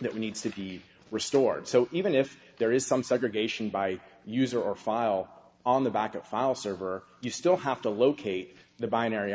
that needs to be restored so even if there is some segregation by user or file on the back of file server you still have to locate the binary